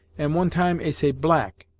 and one time ey say black.